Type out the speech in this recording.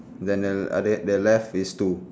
then the other the left is two